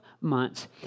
months